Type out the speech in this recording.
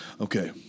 Okay